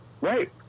Right